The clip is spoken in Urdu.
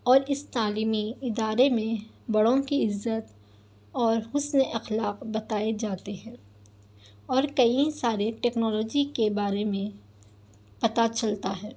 اور اس تعلیمی ادارے میں بڑوں کی عزت اور حسن اخلاق بتائے جاتے ہیں اور کئی سارے ٹیکنالوجی کے بارے میں پتا چلتا ہے